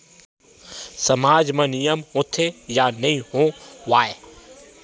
सामाज मा नियम होथे या नहीं हो वाए?